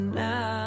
now